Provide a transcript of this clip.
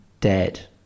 dead